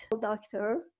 doctor